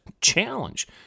challenge